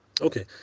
Okay